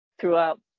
throughout